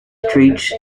streets